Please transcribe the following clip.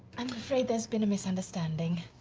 i'm afraid there's been a misunderstanding.